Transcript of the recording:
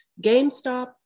GameStop